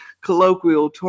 colloquial